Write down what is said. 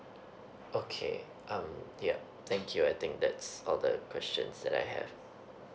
okay um yup thank you I think that's all the questions that I have